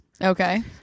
Okay